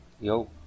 Yo